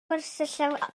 gwersylla